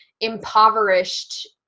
impoverished